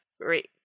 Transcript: Great